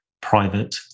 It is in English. private